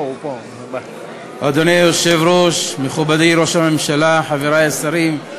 אדוני היושב-ראש, מכובדי ראש הממשלה, חברי השרים,